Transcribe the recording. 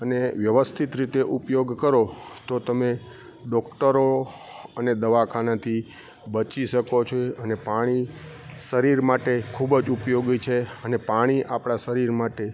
અને વ્યવસ્થિત રીતે ઉપયોગ કરો તો તમે ડોક્ટરો અને દવાખાનાથી બચી શકો છો અને પાણી શરીર માટે ખૂબજ ઉપયોગી છે અને પાણી આપણા શરીર માટે